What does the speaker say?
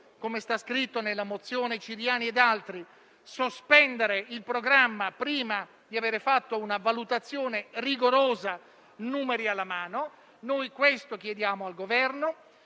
come è scritto nella mozione a firma Ciriani ed altri, sospendere il programma prima di aver fatto una valutazione rigorosa, numeri alla mano. Chiediamo questo al Governo: